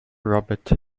robert